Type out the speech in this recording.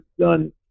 done